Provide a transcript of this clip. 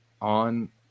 on